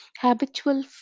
habitual